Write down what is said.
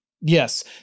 Yes